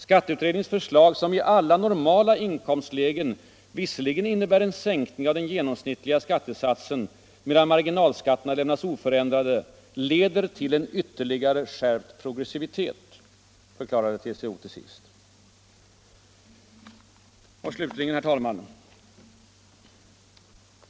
”Skatteutredningens förslag, som i alla normala inkomstlägen visserligen innebär en sänkning av den genomsnittliga skattesatsen medan marginalskattesatserna lämnas oförändrade, leder till en ytterligare skärpt progressivitet”, förklarar slutligen TCO. Till sist, herr talman.